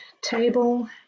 table